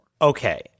Okay